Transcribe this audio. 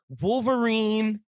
Wolverine